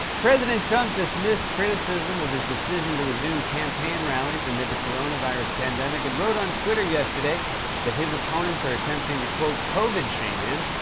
president trump dismissed criticism of his decision to resume campaign rallies amid the coronavirus pandemic and wrote on twitter yesterday that his opponents are attempting to, quote, covid shame him.